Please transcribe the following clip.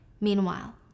meanwhile